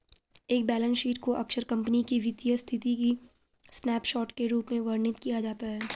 एक balance sheet को अक्सर कंपनी की वित्तीय स्थिति के स्नैपशॉट के रूप में वर्णित किया जाता है